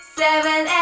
seven